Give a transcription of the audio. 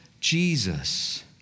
Jesus